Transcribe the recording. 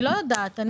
אני לא יודעת,